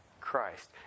Christ